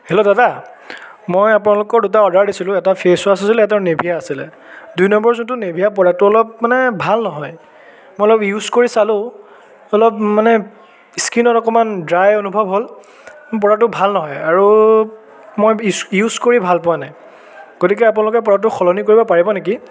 hello দাদা মই আপোনালোকৰ দুটা অৰ্ডাৰ দিছিলোঁ এটা ফেচ ৱাচ আছিল এটা নেভিয়া আছিলে দুই নম্বৰ যোনটো নেভিয়া প্ৰডাক্টটো অলপ মানে ভাল নহয় মই অলপ ইউজ কৰি চালো অলপ মানে স্কীনত অকণমান ড্ৰাই অনুভৱ হ'ল প্ৰডাক্টটো ভাল নহয় আৰু মই ইউচ ইউচ কৰি ভাল পোৱা নাই গতিকে আপোনালোকে প্ৰডাক্টটো সলনি কৰিব পাৰিব নেকি